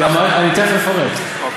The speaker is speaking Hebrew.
אמרתי, אוקיי.